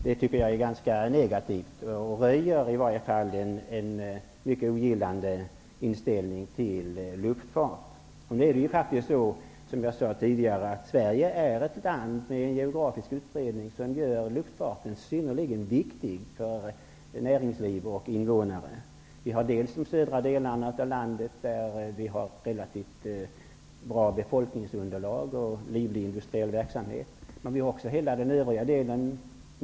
Det tycker jag är ganska negativt skrivet, och det röjer en mycket ogillande inställning till luftfart. Som jag tidigare sade är Sverige ett land med geografisk utbredning som gör luftfarten synnerligen viktig för näringsliv och invånare. I de södra delarna av landet är befolkningsunderlaget relativt bra, samtidigt som den industriella verksamheten är livlig. I den övriga delen inkl.